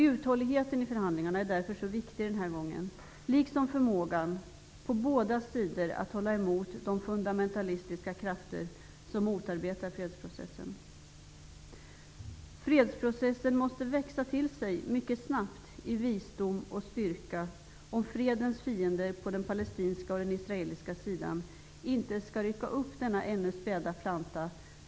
Uthålligheten i förhandlingarna är därför så viktig den här gången, liksom förmågan på båda sidor att hålla emot de fundamentalistiska krafter som motarbetar fredsprocessen. Fredsprocessen måste växa till sig mycket snabbt i visdom och styrka om fredens fiender på den palestinska och den israeliska sidan inte skall rycka upp denna ännu späda planta.